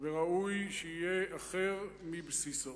וראוי שיהיה אחר מבסיסו.